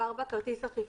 כרטיס אחזקה,